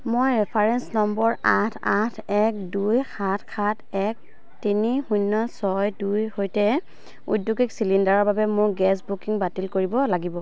মই reference number আঠ আঠ এক দুই সাত সাত এক তিনি শূন্য ছয় দুইৰ সৈতে ঔদ্যোগিক চিলিণ্ডাৰৰ বাবে মোৰ গেছ বুকিং বাতিল কৰিব লাগিব